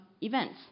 events